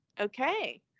Okay